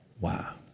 Wow